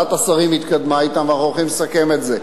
ועדת השרים התקדמה אתם ואנחנו הולכים לסכם את זה.